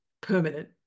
permanent